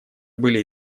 были